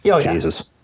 Jesus